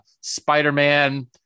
Spider-Man